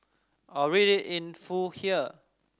or read it in full here